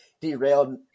derailed